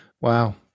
Wow